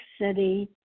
City